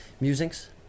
musings